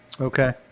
Okay